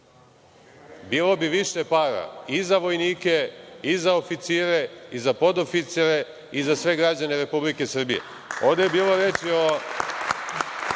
bilo bi više para i za vojnike i za oficire i za podoficije i za sve građane Republike Srbije. Ovde